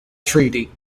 treaty